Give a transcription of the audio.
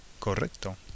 Correcto